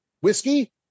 whiskey